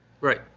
right